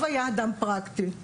האב היה אדם פרקטי,